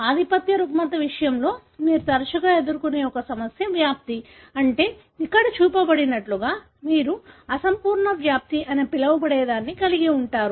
ఆధిపత్య రుగ్మత విషయంలో మీరు తరచుగా ఎదుర్కొనే ఒక సమస్య వ్యాప్తి అంటే ఇక్కడ చూపబడినట్లుగా మీరు అసంపూర్ణ వ్యాప్తి అని పిలవబడేదాన్ని కలిగి ఉంటారు